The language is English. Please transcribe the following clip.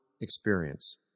experience